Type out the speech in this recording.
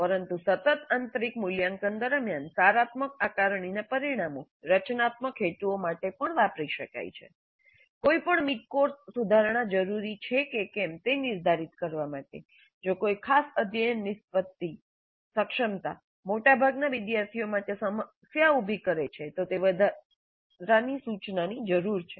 પરંતુ સતત આંતરિક મૂલ્યાંકન દરમ્યાન સારાત્મક આકારણીના પરિણામો રચનાત્મક હેતુઓ માટે પણ વાપરી શકાય છે કોઈ પણ મિડકોર્સ સુધારણા જરૂરી છે કે કેમ તે નિર્ધારિત કરવા માટે જો કોઈ ખાસ અધ્યયન નિષ્પતિ સક્ષમતા મોટાભાગના વિદ્યાર્થીઓ માટે સમસ્યાઓ ઉભી કરે છે તો વધારાની સૂચનાની જરૂર છે